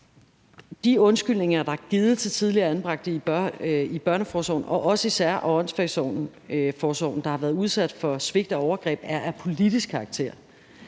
De undskyldninger, der er givet til tidligere anbragte i børneforsorgen og også i sær- og åndssvageforsorgen, der har været udsat for svigt og overgreb, er af politisk karakter.